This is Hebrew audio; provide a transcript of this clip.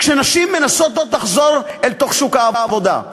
כשנשים מנסות לחזור אל שוק העבודה.